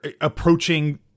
approaching